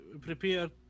prepare